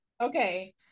Okay